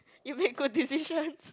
you make good decisions